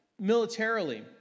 militarily